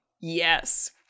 Yes